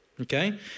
Okay